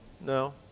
no